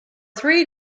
three